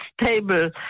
stable